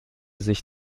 sich